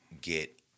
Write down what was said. get